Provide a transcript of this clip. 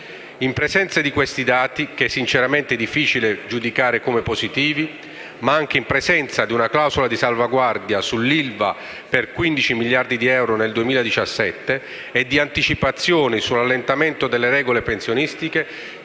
In presenza di questi dati, che è sinceramente difficile giudicare come positivi, ma anche in presenza di una clausola di salvaguardia sull'IVA per 15 miliardi di euro nel 2017 e di anticipazioni su un allentamento delle regole pensionistiche,